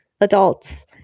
adults